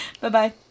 Bye-bye